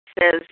says